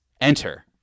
enter